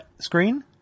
screen